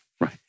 Right